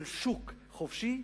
של שוק חופשי,